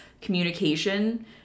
communication